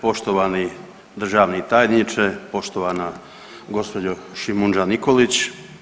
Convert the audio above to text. Poštovani državni tajniče, poštovana gospođa Šimundža Nikolić.